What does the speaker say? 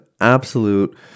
absolute